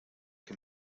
que